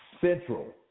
Central